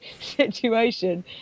situation